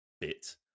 bit